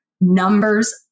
numbers